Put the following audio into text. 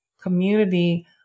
community